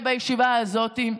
בישיבה הזאת,